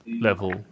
level